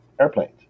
airplanes